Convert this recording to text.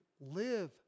live